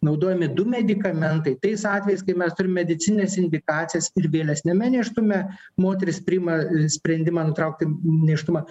naudojami du medikamentai tais atvejais kai mes turim medicinines indikacijas ir vėlesniame nėštume moteris priima sprendimą nutraukti nėštumą